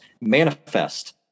Manifest